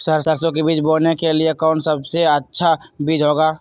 सरसो के बीज बोने के लिए कौन सबसे अच्छा बीज होगा?